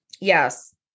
Yes